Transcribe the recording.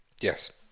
Yes